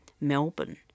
Melbourne